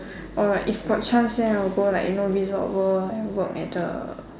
or like if got chance then I'll go like you know Resort World work at the